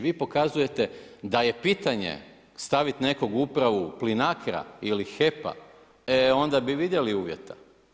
Vi pokazujete da je pitanje staviti nekoga u Upravu Plinacra ili HEP-a, e onda bi vidjeli uvjeta.